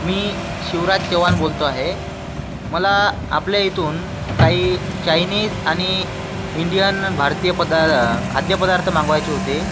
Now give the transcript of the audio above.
मी शिवराज चोहान बोलतो आहे मला आपल्या इथून काही चायनिज आणि इंडियन भारतीय पदा खाद्यपदार्थ मागवायचे होते